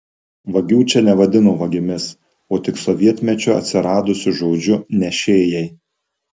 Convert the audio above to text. vagių čia nevadino vagimis o tik sovietmečiu atsiradusiu žodžiu nešėjai